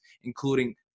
including